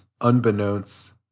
unbeknownst